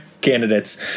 candidates